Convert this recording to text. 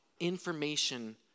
information